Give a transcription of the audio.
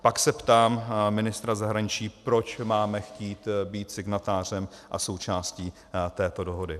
Pak se ptám ministra zahraničí, proč máme chtít být signatářem a součástí této dohody.